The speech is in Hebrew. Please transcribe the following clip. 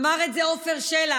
אמר את זה עפר שלח.